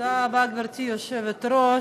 תודה רבה, גברתי היושבת-ראש,